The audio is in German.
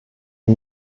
wir